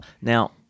Now